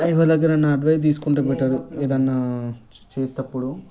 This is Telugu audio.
ఎవరి దగ్గరనా అడ్వైస్ తీసుకుంటే బెటరు ఏదన్నా చేసేటప్పుడు